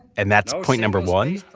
and that's point number one.